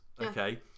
Okay